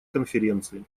конференции